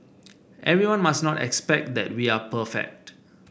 everyone must not expect that we are perfect